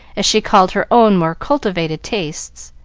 as she called her own more cultivated tastes.